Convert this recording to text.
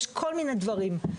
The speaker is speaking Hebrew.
יש כל מיני דברים.